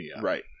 right